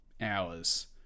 hours